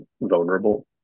vulnerable